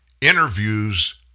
interviews